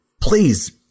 please